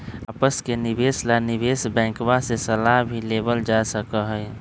आपस के निवेश ला निवेश बैंकवा से सलाह भी लेवल जा सका हई